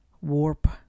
Warp